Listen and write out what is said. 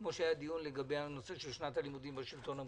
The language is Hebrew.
כמו שהיה דיון לגבי הנושא של שנת הלימודים בשלטון המקומי.